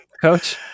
Coach